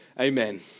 Amen